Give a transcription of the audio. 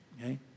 okay